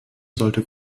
sollte